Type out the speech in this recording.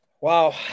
Wow